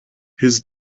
his